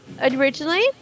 originally